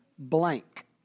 blank